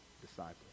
disciple